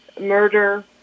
murder